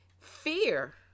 Fear